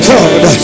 God